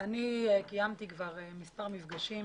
קיימתי כבר מספר מפגשים